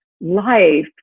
life